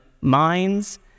minds